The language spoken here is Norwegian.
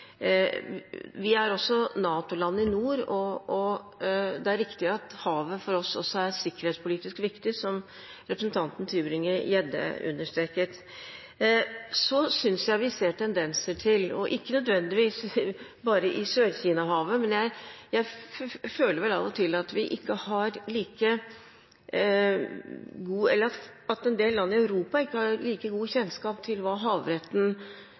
Vi er også et NATO-land i nord, og det er riktig at havet for oss også er sikkerhetspolitisk viktig, som representanten Tybring-Gjedde understreket. Jeg synes vi ser tendenser til, og jeg føler av og til – og ikke nødvendigvis bare i Sør-Kina-havet – at en del land i Europa ikke har like god kjennskap til hva havretten